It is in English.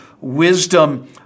wisdom